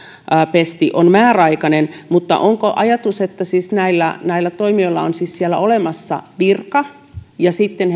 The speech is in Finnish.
pesti on määräaikainen mutta onko ajatus että näillä toimijoilla on siis siellä olemassa virka ja sitten